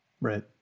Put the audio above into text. Right